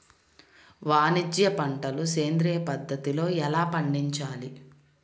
వాణిజ్య పంటలు సేంద్రియ పద్ధతిలో ఎలా పండించాలి?